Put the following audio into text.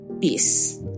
peace